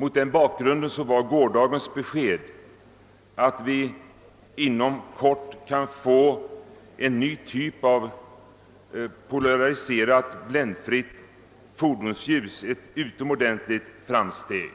Mot denna bakgrund har gårdagens besked att vi inom kort kan få en ny typ av polariserat bländfritt fordonsljus utomordentligt glädjande.